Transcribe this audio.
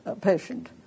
patient